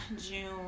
June